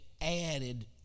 added